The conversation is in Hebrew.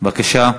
בבקשה.